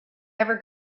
ever